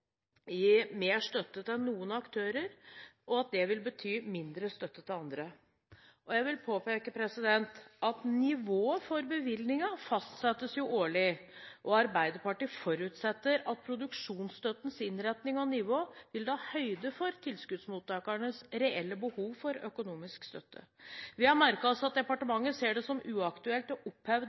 gi mer støtte til noen aktører, og at det betyr mindre støtte til andre. Jeg vil påpeke at nivået for bevilgningene fastsettes årlig, og Arbeiderpartiet forutsetter at produksjonsstøttens innretning og nivå vil ta høyde for tilskuddsmottakernes reelle behov for økonomisk støtte. Vi har merket oss at departementet ser det som uaktuelt å